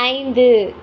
ஐந்து